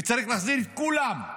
וצריך להחזיר את כולם,